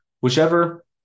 Whichever